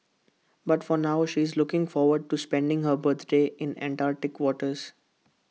but for now she is looking forward to spending her birthday in Antarctic waters